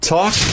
talk